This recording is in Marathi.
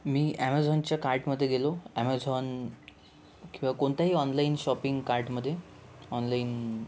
मी ॲमेझॉनच्या कार्टमध्ये गेलो ॲमेझॉन किंवा कोणत्याही ऑनलाईन शॉपिंग कार्टमध्ये ऑनलाईन